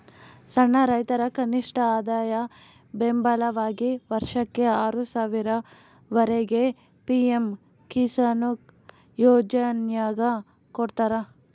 ಸಣ್ಣ ರೈತರ ಕನಿಷ್ಠಆದಾಯ ಬೆಂಬಲವಾಗಿ ವರ್ಷಕ್ಕೆ ಆರು ಸಾವಿರ ವರೆಗೆ ಪಿ ಎಂ ಕಿಸಾನ್ಕೊ ಯೋಜನ್ಯಾಗ ಕೊಡ್ತಾರ